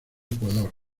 ecuador